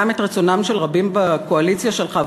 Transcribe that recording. גם את רצונם של רבים בקואליציה שלך,